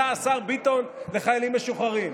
השר ביטון עשה לחיילים משוחררים,